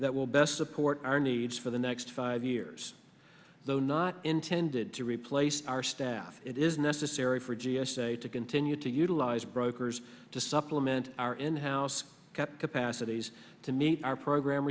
that will best support our needs for the next five years though not intended to replace our staff it is necessary for g s a to continue to utilize brokers to supplement our in house got capacities to meet our program